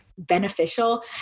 beneficial